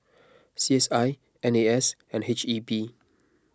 C S I N A S and H E B